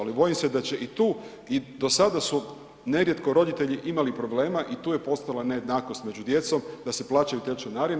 Ali bojim se da će i tu i do sada su nerijetko roditelji imali problema i tu je postala nejednakost među djecom da se plaćaju te članarine.